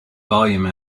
volume